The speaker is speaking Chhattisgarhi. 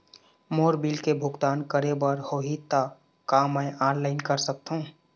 मोर बिल के भुगतान करे बर होही ता का मैं ऑनलाइन कर सकथों?